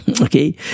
Okay